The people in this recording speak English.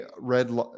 red